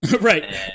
Right